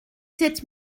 sept